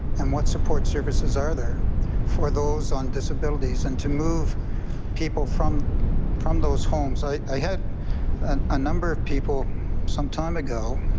and what support services are there for those on disability and so move people from from those homes, i had and a number of people some time ago,